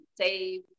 save